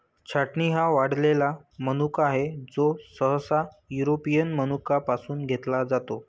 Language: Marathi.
छाटणी हा वाळलेला मनुका आहे, जो सहसा युरोपियन मनुका पासून घेतला जातो